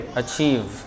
achieve